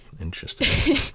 Interesting